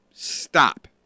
Stop